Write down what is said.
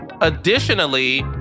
Additionally